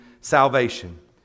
salvation